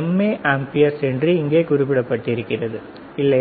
MA amperes என்று இங்கே குறிப்பிடப்பட்டிருக்கிறது இல்லையா